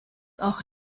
auch